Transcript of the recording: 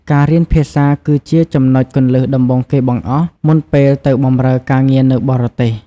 ការរៀនភាសាគឺជាចំណុចគន្លឹះដំបូងគេបង្អស់ មុនពេលទៅបម្រើការងារនៅបរទេស។